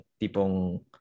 tipong